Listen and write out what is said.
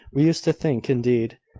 we used to think indeed,